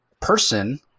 person